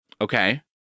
Okay